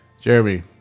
Jeremy